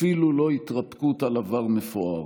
אפילו לא התרפקות על עבר מפואר.